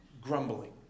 grumbling